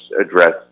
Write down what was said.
address